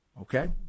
Okay